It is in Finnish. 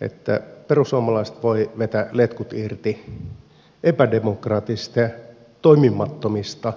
että perussuomalaiset voivat vetää letkut irti epädemokraattisista toimimattomista tukipaketeista